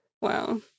Wow